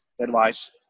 advice